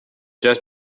just